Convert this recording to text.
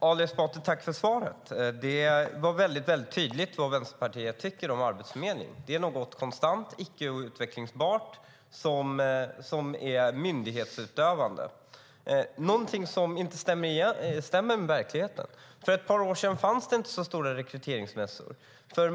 Fru talman! Jag tackar Ali Esbati för svaret. Det var väldigt tydligt vad Vänsterpartiet tycker om arbetsförmedling. Det är något konstant och icke utvecklingsbart som är myndighetsutövande, något som inte stämmer med verkligheten. För ett par år sedan fanns det inte så stora rekryteringsmässor.